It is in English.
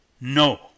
no